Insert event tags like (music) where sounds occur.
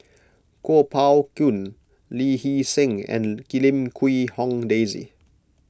Kuo Pao Kun Lee Hee Seng and (unintelligible) Lim Quee Hong Daisy